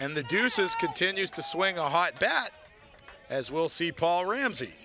and the deuces continues to swing a hot bat as we'll see paul ramsey